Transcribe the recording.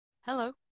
Hello